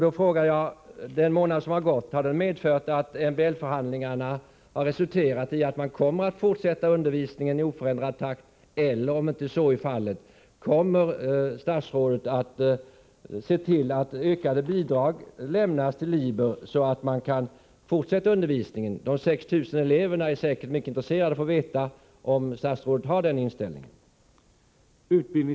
Då frågar jag: Har den månad som gått medfört att MBL-förhandlingarna resulterat i att man kommer att fortsätta undervisningen i oförändrad takt? Om så inte är fallet, kommer statsrådet då att se till att ökade bidrag lämnas till Liber, så att man kan fortsätta undervisningen? De 6 000 eleverna är säkert mycket intresserade av att få veta om statsrådet har den inställningen.